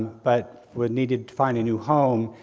but would need to find a new home,